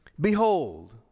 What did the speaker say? Behold